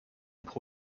pro